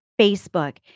Facebook